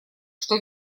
что